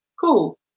Cool